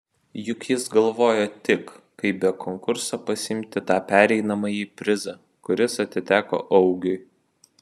juk jis galvojo tik kaip be konkurso pasiimti tą pereinamąjį prizą kuris atiteko augiui